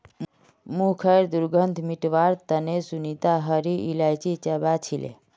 मुँहखैर दुर्गंध मिटवार तने सुनीता हरी इलायची चबा छीले